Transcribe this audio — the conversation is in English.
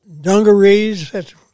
dungarees